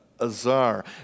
azar